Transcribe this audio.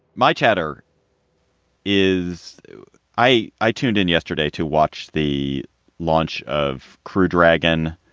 my chatter is i i tuned in yesterday to watch the launch of kru dragon,